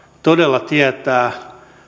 todella tietää